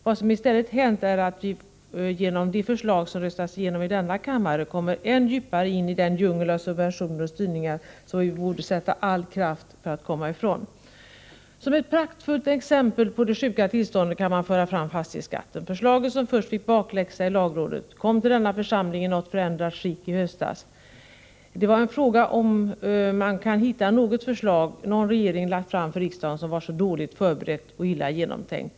Vad som i stället har hänt är att vi genom de förslag som röstats igenom i denna kammare kommer än djupare in i den djungel av subventioner och styrningar som vi borde sätta till all kraft för att komma ifrån. Som ett praktfullt exempel på det sjuka tillståndet kan fastighetsskatten föras fram. Förslaget, som först fick bakläxa i lagrådet, kom till denna församling i något förändrat skick i höstas. Det är osäkert om det är möjligt att hitta något förslag som någon regering lagt fram för riksdagen som har varit så dåligt förberett och illa genomtänkt.